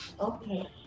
Okay